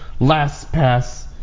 LastPass